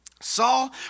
Saul